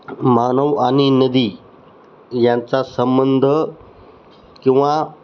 मानव आणि नदी यांचा संबंध किंवा